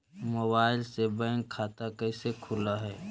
Mobile से bank खाता कैसे खुल है?